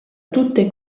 tutte